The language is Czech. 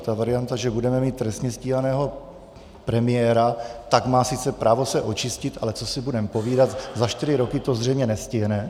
Ta varianta, že budeme mít trestně stíhaného premiéra, tak má sice právo se očistit, ale co si budeme povídat, za čtyři roky to zřejmě nestihne.